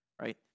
right